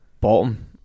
bottom